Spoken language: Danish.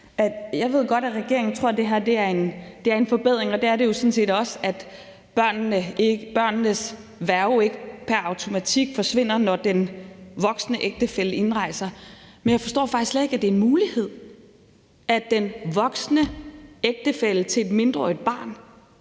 Jeg ved godt, at regeringen tror, at det her er en forbedring – og det er det jo sådan set også – at børnenes værge ikke pr. automatik forsvinder, når den voksne ægtefælle indrejser. Men jeg forstår faktisk slet ikke, at det er en mulighed, at den voksne ægtefælle til et mindreårigt barn